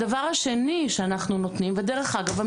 דרך אגב,